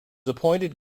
appointed